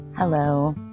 Hello